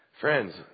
Friends